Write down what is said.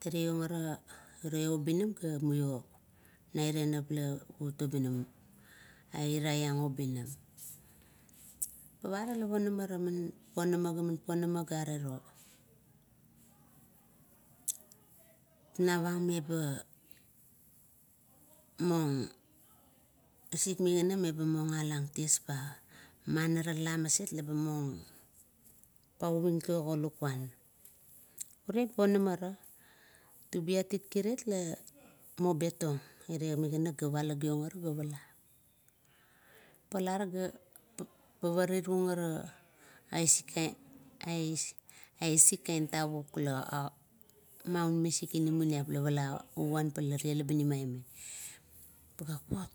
Tirieo ara ure obinam pa naireanap la lot obinam aira rang obinam. Pavala ponamara ponama, gaman ponama gare ro, navang meba moung isik migana meba alang ties ba, man la maset laba moung toiving togo lakuan. Ure ponamara, tubiat it kirat la betong ire migana ga, palagiong are ga pala, palar ga parirong asik kai, aisik kaien tavuk maun misik iniminiap lavala vapala labinim maime. Tuga kuot